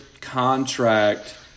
contract